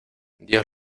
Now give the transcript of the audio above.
dios